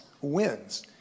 wins